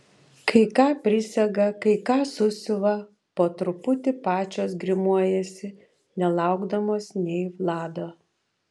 kai ką prisega kai ką susiuva po truputį pačios grimuojasi nelaukdamos nei vlado